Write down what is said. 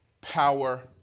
power